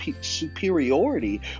superiority